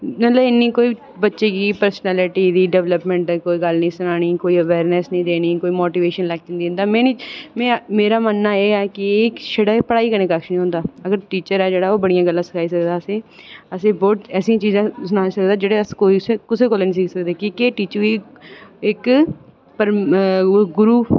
मतलब इन्नी कोई बच्चें दी पर्सनैलटी दी डिवैल्पमैंट दी निं सनानी कोई अवेयरनेस निं देनी कोई मोटिवेशनल लेक्चर दिंदा मेरा मन्नना एह् ऐ कि छड़ा पढ़ाई कन्नै कक्ख निं होंदा अगर टीचर ऐ ओह् बड़ियां गल्लां सखाई सकदा असेंगी असेंगी जेह्ड़ियां चीज़ां सनाई सकदा जेह्ड़ियां कुसै कोला निं सिक्खी सकदे की जेह्ड़ियां इक्क ओह् गुरू